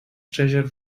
treasure